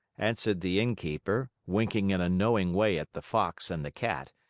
answered the innkeeper, winking in a knowing way at the fox and the cat,